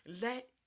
let